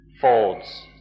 folds